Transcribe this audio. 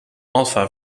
alpha